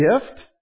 gift